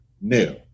new